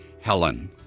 Helen